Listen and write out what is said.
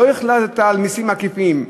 לא החלטת על מסים עקיפים,